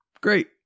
Great